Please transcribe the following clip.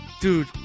dude